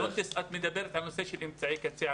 את מדברת על אמצעי קצה.